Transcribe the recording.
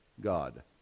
God